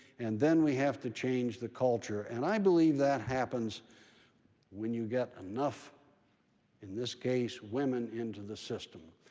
and then we have to change the culture. and i believe that happens when you get enough in this case women into the system.